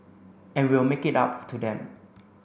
and we'll make it up to them